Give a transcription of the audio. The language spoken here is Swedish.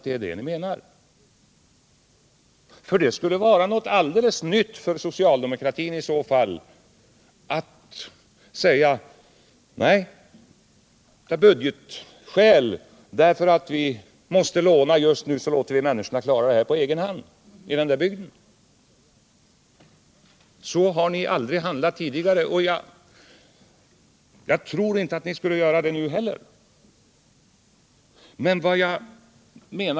Det skulle i så fall vara något alldeles nytt för socialdemokratin att man säger: Eftersom vi av budgetskäl måste låna just nu låter vi människorna klara problemen på egen hand i den där bygden. Så har ni aldrig handlat tidigare, och jag tror inte att ni skulle göra det nu heller.